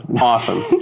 awesome